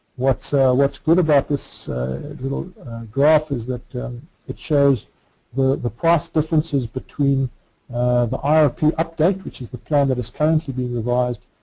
what's what's good about this little graph is that it shows the the cost differences between the ah irp yeah update, which is the plan that is currently being revised,